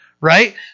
Right